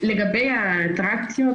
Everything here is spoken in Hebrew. לגבי האטרקציות